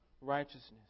righteousness